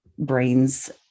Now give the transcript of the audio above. brains